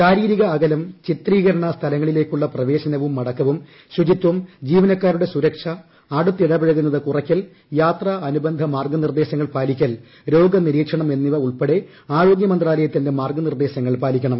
ശാരീരിക അകലം മന്ത്രാലയം ചിത്രീകരണ സ്ഥലങ്ങളിലേക്കുള്ള പ്രവേശനവും മടക്കവും ശുചിത്വം ജീവനക്കാരുടെ സുരക്ഷ അടുത്തിടപഴകുന്നത് കുറയ്ക്കൽ യാത്രാ അനുബന്ധ മാർഗ്ഗനിർദ്ദേശങ്ങൾ പാലിക്കൽ രോഗ നിരീക്ഷണം എന്നിവ ഉൾപ്പെടെ ആരോഗൃ മന്ത്രാലയത്തിന്റെ മാർഗനിർദേശങ്ങൾ മുന്നിലുള്ള പാലിക്കണം